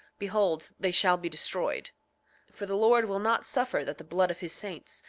behold, they shall be destroyed for the lord will not suffer that the blood of his saints,